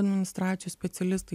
administracijų specialistai